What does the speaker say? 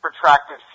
Protracted